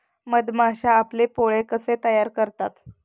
मधमाश्या आपले पोळे कसे तयार करतात?